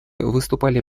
выступали